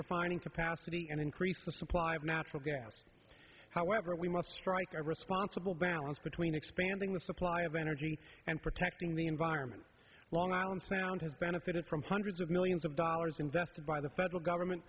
refining capacity and increase the supply of natural gas however we must strike a responsible balance between expanding the supply of energy and protecting the environment long island sound has benefited from hundreds of millions of dollars invested by the federal government